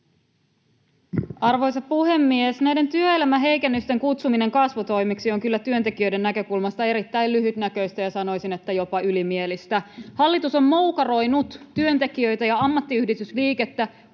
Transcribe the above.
Arvoisa puhemies! Näiden työelämäheikennysten kutsuminen kasvutoimiksi on kyllä työntekijöiden näkökulmasta erittäin lyhytnäköistä ja sanoisin jopa ylimielistä. Hallitus on moukaroinut työntekijöitä ja ammattiyhdistysliikettä